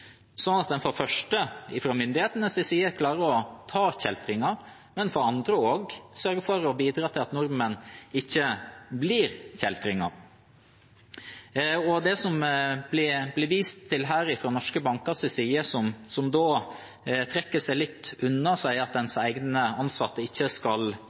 sånn at en for det første fra myndighetenes side klarer å ta kjeltringer og for det andre sørger for å bidra til at nordmenn ikke blir kjeltringer. Det ble vist til at norske banker trekker seg litt unna og sier at ens egne ansatte ikke skal